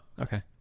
okay